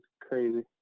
crazy